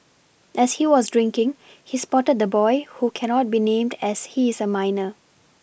as he was drinking he spotted the boy who cannot be named as he is a minor